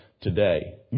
today